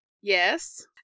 Yes